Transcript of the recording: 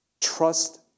trust